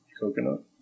Coconut